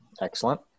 Excellent